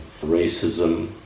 racism